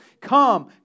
come